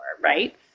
right